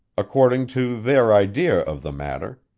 according to their idea of the matter,